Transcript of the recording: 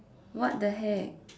what the heck